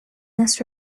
this